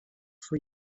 for